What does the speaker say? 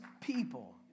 people